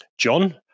John